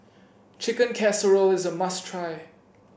Chicken Casserole is a must try